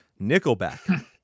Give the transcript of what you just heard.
Nickelback